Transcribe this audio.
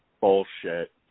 Bullshit